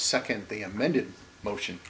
second the amended motion